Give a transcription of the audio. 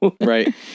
Right